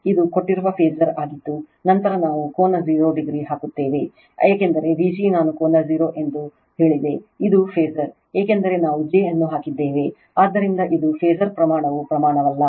ಇದು ಕೊಟ್ಟಿರುವ ಫಾಸರ್ ಆಗಿದ್ದು ನಂತರ ನಾವು ಕೋನ 0 ಡಿಗ್ರಿ ಹಾಕುತ್ತೇವೆ ಏಕೆಂದರೆ Vg ನಾನು ಕೋನ 0 ಡಿಗ್ರಿ ಎಂದು ಹೇಳಿದೆ ಇದು ಫಾಸರ್ ಏಕೆಂದರೆ ನಾವು j ಅನ್ನು ಹಾಕಿದ್ದೇವೆ ಆದ್ದರಿಂದ ಇದು ಫಾಸರ್ ಪ್ರಮಾಣವು ಪ್ರಮಾಣವಲ್ಲ